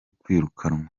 kwirukanwa